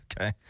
Okay